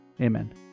Amen